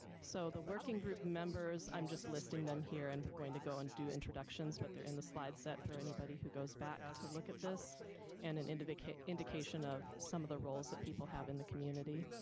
so the working group members, i'm just listing them here and we're going to and do introductions but they're in the slide set for anybody who goes back to look at this and an indication indication of some of the roles that people have in the community.